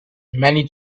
many